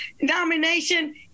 nomination